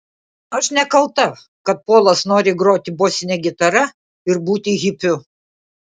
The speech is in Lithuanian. aš nekalta kad polas nori groti bosine gitara ir būti hipiu